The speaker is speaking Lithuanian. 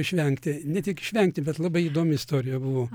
išvengti ne tik išvengti bet labai įdomi istorija buvo